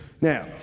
Now